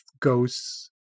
ghosts